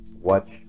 watch